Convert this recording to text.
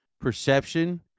perception